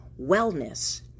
wellness